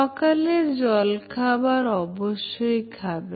সকালের জলখাবার অবশ্যই খাবে